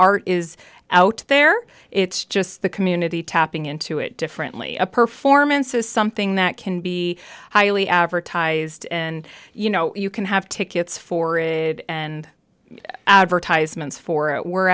art is out there it's just the community tapping into it differently a performance is something that can be highly advertised and you know you can have tickets for it and advertisements for it